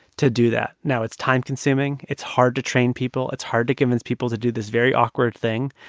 to do that. now, it's time consuming. it's hard to train people. it's hard to convince people to do this very awkward thing.